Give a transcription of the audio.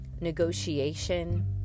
negotiation